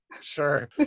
Sure